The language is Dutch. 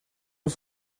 een